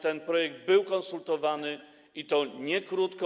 Ten projekt był konsultowany, i to nie krótko.